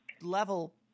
level